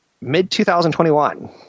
mid-2021